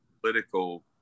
political